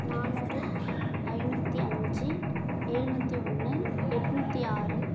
நானூறு ஐநூற்றிஅஞ்சு ஏழுநூத்தி ஒன்று எண்நூத்தி ஆறு